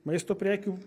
maisto prekių